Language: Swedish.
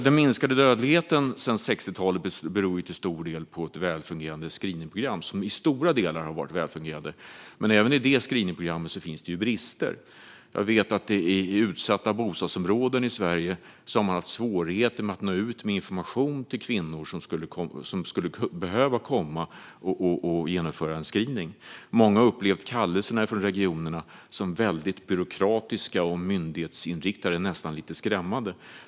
Den minskade dödligheten sedan 60-talet beror till stor del på ett screeningprogram som i stora delar har varit välfungerande. Men även i detta screeningprogram finns brister. Jag vet att i utsatta bostadsområden i Sverige har man haft svårigheter med att nå ut med information till kvinnor som skulle behöva komma och genomföra en screening. Många har upplevt kallelserna från regionerna som väldigt byråkratiska och myndighetsinriktade, nästan lite skrämmande.